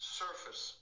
surface